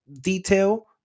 detail